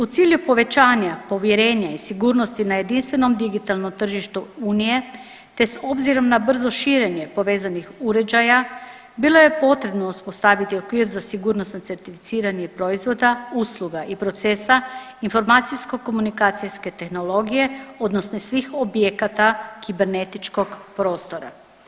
U cilju povećanja povjerenja i sigurnosti na jedinstvenom digitalnom tržištu Unije te s obzirom na brzo širenje povezanih uređaja, bilo je potrebno uspostaviti okvir za sigurnosno certificiranje proizvoda, usluga i procesa informacijsko-komunikacijske tehnologije odnosno svih objekata kibernetičkog prostora.